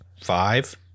five